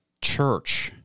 church